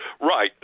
Right